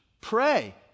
pray